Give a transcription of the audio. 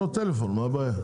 חבר הכנסת ביטן,